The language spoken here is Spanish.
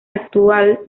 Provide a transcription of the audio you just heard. actual